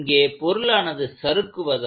இங்கே பொருளானது சறுக்குவதால்